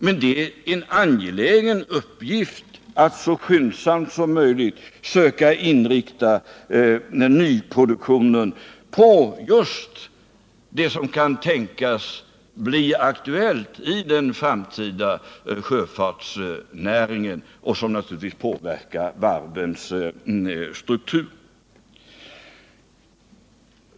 Men det är en angelägen uppgift att så skyndsamt som möjligt söka inrikta nyproduktionen på det som kan tänkas bli aktuellt i den framtida sjöfartsnäringen och som naturligtvis påverkar varvsstrukturen.